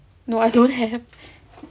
no I don't have